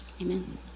Amen